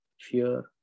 fear